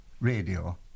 radio